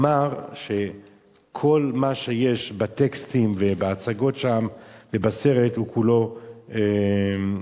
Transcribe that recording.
אמר שכל מה שיש בטקסטים ובהצגות שם ובסרט הוא כולו שקרי.